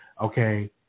Okay